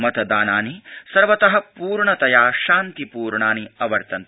मतदानानि सर्वत पूर्णतया शान्तिपूर्णानि अवर्तन्त